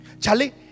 Charlie